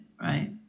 right